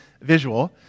visual